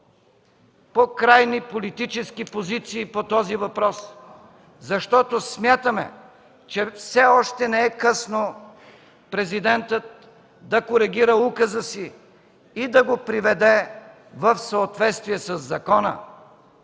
по-крайни политически позиции по този въпрос. Защото смятаме, че все още не е късно Президентът да коригира указа си и да го приведе в съответствие със закона.